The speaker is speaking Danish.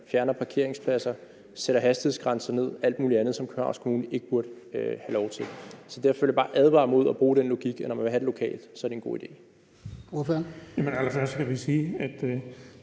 fjerner parkeringspladser, sætter hastighedsgrænser ned og alt muligt andet, som Københavns Kommune ikke burde have lov til. Så derfor vil jeg bare advare mod at bruge den logik, at når man vil have det lokalt, er det en god idé.